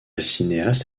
cinéaste